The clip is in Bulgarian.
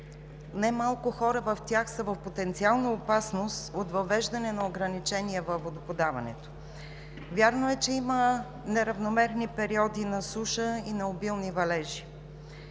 не малко хора са в потенциална опасност от въвеждането на ограничения във водоподаването. Вярно е, че има неравномерни периоди на суша и на обилни валежи.